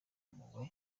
impuhwe